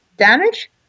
Damage